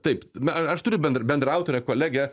taip na aš turiu bendra bendraautorę kolegę